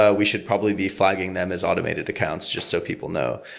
ah we should probably be flagging them as automated accounts just so people know.